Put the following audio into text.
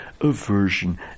aversion